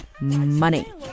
money